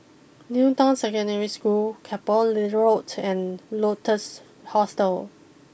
new Town Secondary School Keppel Road and Lotus Hostel